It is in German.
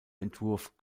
entwurf